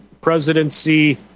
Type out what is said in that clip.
presidency